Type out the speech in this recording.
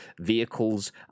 vehicles